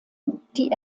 die